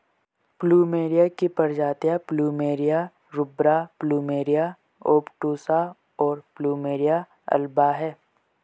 plumeria की प्रजातियाँ plumeria रूब्रा, प्लुमेरिया ओबटुसा, और प्लुमेरिया अल्बा हैं